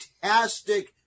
fantastic